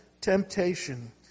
temptation